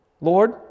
Lord